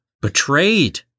betrayed